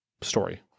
story